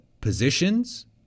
positions